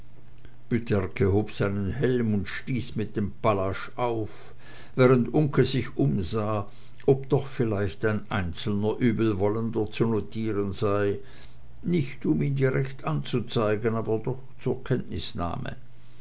helm und stieß mit dem pallasch auf während uncke sich umsah ob doch vielleicht ein einzelner übelwollender zu notieren sei nicht um ihn direkt anzuzeigen aber doch zur kenntnisnahme